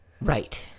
Right